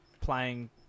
playing